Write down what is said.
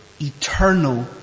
eternal